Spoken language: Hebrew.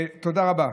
תודה רבה.